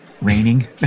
raining